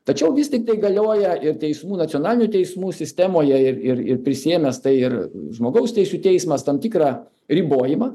tačiau vis tiktai galioja ir teismų nacionalinių teismų sistemoje ir ir ir prisiėmęs tai ir žmogaus teisių teismas tam tikrą ribojimą